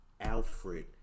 Alfred